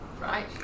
Right